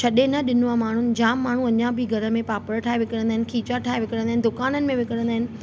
छॾे न ॾिनो आहे माण्हू जाम माण्हू अञा बि घर में पापड़ ठाहे विकिणंदा आहिनि खीचा ठाहे विकिणंदा आहिनि दुकाननि में विकिणंदा आहिनि